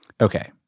Okay